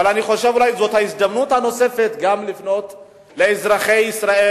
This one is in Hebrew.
אבל זאת הזדמנות נוספת לפנות גם לאזרחי ישראל